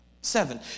Seven